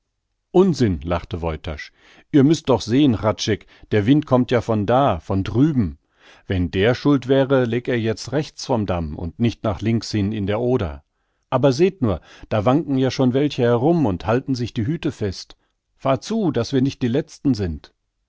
unsinn lachte woytasch ihr müßt doch sehn hradscheck der wind kommt ja von da von drüben wenn der schuld wäre läg er hier rechts vom damm und nicht nach links hin in der oder aber seht nur da wanken ja schon welche herum und halten sich die hüte fest fahr zu daß wir nicht die letzten sind